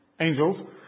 angels